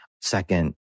Second